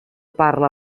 parla